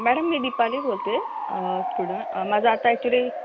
madam मी दिपाली बोलते student माझं आता ॲक्चुली